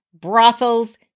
brothels